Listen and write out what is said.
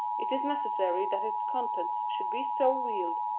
it is necessary that its contents should be so veiled,